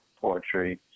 Poetry